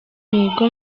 mihigo